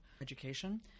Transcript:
education